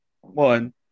one